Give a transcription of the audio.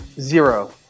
Zero